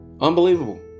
Unbelievable